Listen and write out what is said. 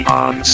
on